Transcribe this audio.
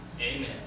Amen